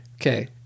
okay